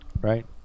right